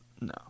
No